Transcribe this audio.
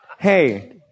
Hey